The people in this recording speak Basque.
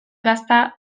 gazta